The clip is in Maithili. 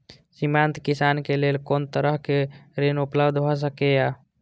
सीमांत किसान के लेल कोन तरहक ऋण उपलब्ध भ सकेया?